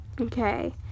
Okay